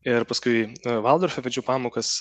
ir paskui valdorfe vedžiau pamokas